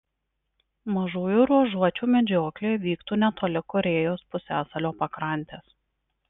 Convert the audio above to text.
mažųjų ruožuočių medžioklė vyktų netoli korėjos pusiasalio pakrantės